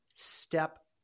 step